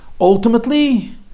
ultimately